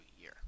year